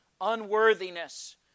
unworthiness